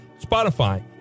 Spotify